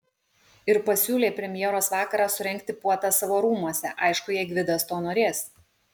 ir pasiūlė premjeros vakarą surengti puotą savo rūmuose aišku jei gvidas to norės